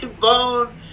Bone